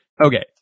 Okay